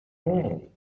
hey